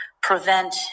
prevent